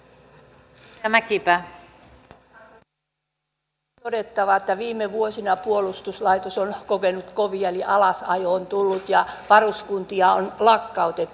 ensin on todettava että viime vuosina puolustuslaitos on kokenut kovia eli alasajoa on tullut ja varuskuntia on lakkautettu